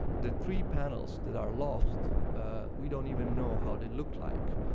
the three panels that are lost we don't even know how they looked like.